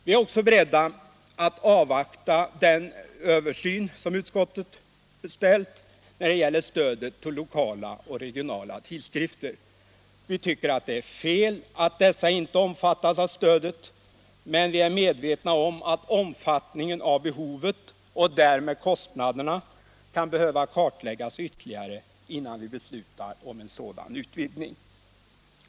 Vi är också beredda att avvakta den översyn som utskottet beställt när det gäller stödet till lokala och regionala tidskrifter. Vi tycker det är fel att dessa inte omfattas av stödet, men vi är medvetna om att omfattningen av behovet, och därmed kostnaderna, kan behöva kartläggas ytterligare innan vi beslutar om en sådan utvidgning.